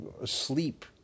asleep